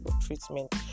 treatment